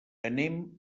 anem